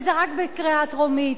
וזה רק בקריאה טרומית,